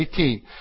18